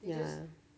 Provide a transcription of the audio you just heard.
ya